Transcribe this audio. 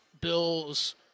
Bills